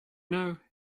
know